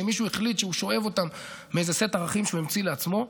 שמישהו החליט שהוא שואב אותן מאיזה סט ערכים שהוא המציא לעצמו.